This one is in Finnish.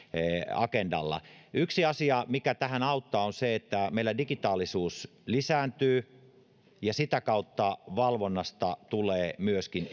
agendalla yksi asia mikä tähän auttaa on se että meillä digitaalisuus lisääntyy ja sitä kautta valvonnasta tulee myöskin